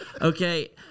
okay